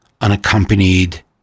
unaccompanied